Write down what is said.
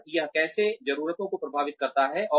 और यह कैसे ज़रूरतों को प्रभावित करता है